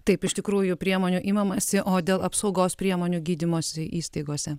taip iš tikrųjų priemonių imamasi o dėl apsaugos priemonių gydymosi įstaigose